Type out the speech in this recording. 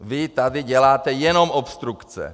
Vy tady děláte jenom obstrukce.